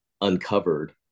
uncovered